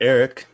Eric